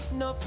no